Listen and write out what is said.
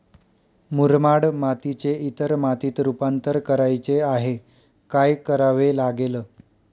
मुरमाड मातीचे इतर मातीत रुपांतर करायचे आहे, काय करावे लागेल?